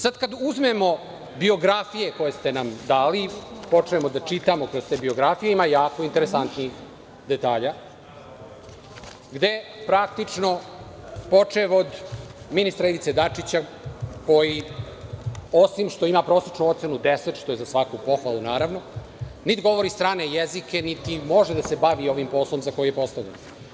Sad kad uzmemo biografije koje ste nam dali, počnemo da čitamo, kroz te biografije ima jako interesantnih detalja, gde, praktično, počev od ministra Ivice Dačića, koji osim što ima prosečnu ocenu 10, što je za svaku pohvalu, naravno, niti govori strane jezike, niti može da se bavi ovim poslom za koji je postavljen.